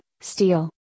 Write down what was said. steel